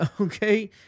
okay